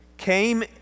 came